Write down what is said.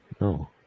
No